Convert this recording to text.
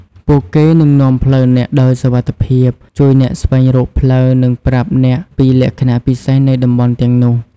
ពួកគេនឹងនាំផ្លូវអ្នកដោយសុវត្ថិភាព ជួយអ្នកស្វែងរកផ្លូវ និងប្រាប់អ្នកពីលក្ខណៈពិសេសនៃតំបន់ទាំងនោះ។